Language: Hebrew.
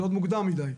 זה עוד מוקדם מידיי.